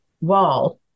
wall